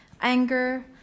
anger